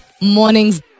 mornings